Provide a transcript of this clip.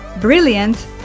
brilliant